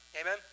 Amen